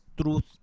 Truth